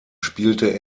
spielte